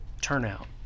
turnout